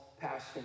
passion